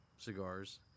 cigars